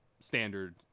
standard